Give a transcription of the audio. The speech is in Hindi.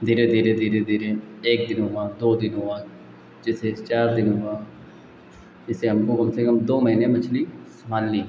धीरे धीरे धीरे धीरे एक दिन हुआ दो दिन हुआ जैसे चार दिन हुआ जैसे हमको कम से कम दो महीने मछली संभालनी है